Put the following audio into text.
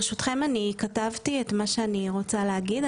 ברשותכם, אני כתבתי את מה שאני רוצה להגיד.